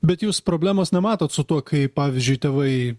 bet jūs problemos nematot su tuo kai pavyzdžiui tėvai